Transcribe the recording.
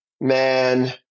man